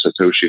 Satoshi